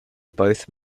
both